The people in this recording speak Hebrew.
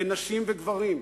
בין נשים לגברים,